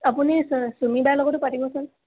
আপুনি চুমিবাৰ লগতো পাতিবচোন